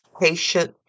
patient